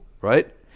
right